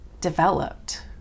developed